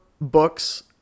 books